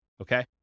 Okay